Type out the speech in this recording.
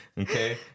Okay